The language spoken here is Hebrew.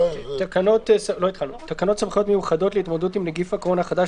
תקנות סמכויות מיוחדות להתמודדות עם נגיף הקורונה החדש